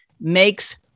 makes